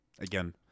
again